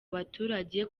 abaturage